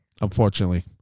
Unfortunately